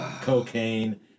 cocaine